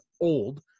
old